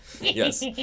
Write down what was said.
yes